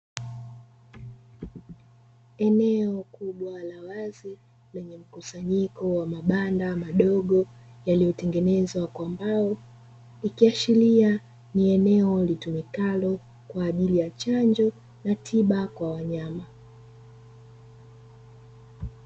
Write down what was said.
Eneo kubwa la wazi lenye mkusanyiko wa mabanda madogo yaliyotengenezwa kwa mbao, ikiashiria ni eneo litumikalo kwa ajili ya chanjo na tiba kwa wanyama.